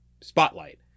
spotlight